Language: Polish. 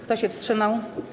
Kto się wstrzymał?